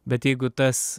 bet jeigu tas